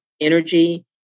energy